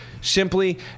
simply